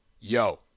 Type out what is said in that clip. Yo